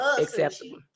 acceptable